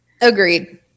Agreed